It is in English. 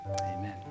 Amen